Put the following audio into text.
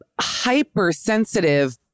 hypersensitive